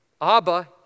Abba